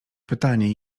pytanie